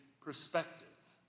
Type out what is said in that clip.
perspective